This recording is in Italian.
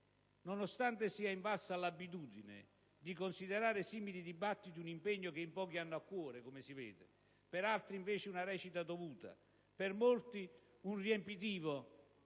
nonostante sia invalsa l'abitudine di considerare simili dibattiti un impegno che in pochi hanno a cuore, come si vede, per altri una recita dovuta, per molti un riempitivo